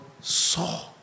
Saw